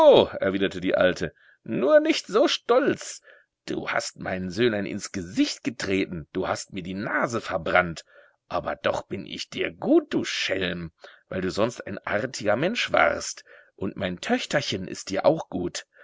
erwiderte die alte nur nicht so stolz du hast meinen söhnlein ins gesicht getreten du hast mir die nase verbrannt aber doch bin ich dir gut du schelm weil du sonst ein artiger mensch warst und mein töchterchen ist dir auch gut